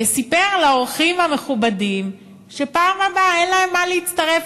סיפר לאורחים המכובדים שבפעם הבאה אין להם מה להצטרף